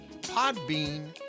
Podbean